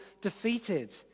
defeated